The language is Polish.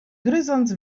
gryząc